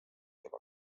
juba